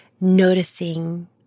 noticing